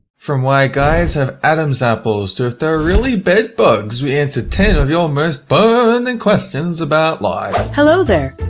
from why guys have adam's apples to if there are really bed bugs, we answer ten of your most burning questions about life! hey there,